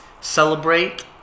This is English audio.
celebrate